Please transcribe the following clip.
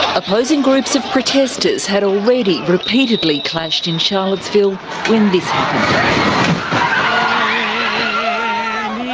opposing groups of protesters had already repeatedly clashed in charlottesville when this ah um